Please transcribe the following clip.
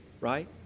Right